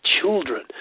children